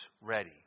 ready